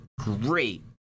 great